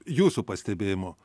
jūsų pastebėjimu